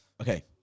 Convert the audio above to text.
Okay